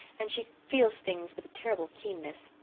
and she feels things with a terrible keenness.